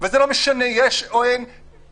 זה לא משנה אם יש תחלואה או אין תחלואה,